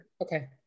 Okay